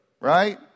Right